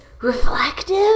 reflective